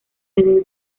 desde